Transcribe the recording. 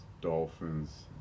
Dolphins